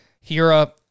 Hira